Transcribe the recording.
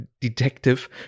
detective